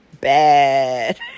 bad